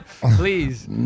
Please